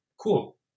cool